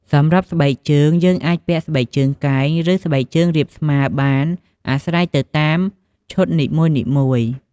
សម្រាប់ស្បែកជើងអាចពាក់ស្បែកជើងកែង ឬស្បែកជើងរាបស្មើបានអាស្រ័យទៅតាមឈុតនីមួយៗ